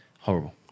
Horrible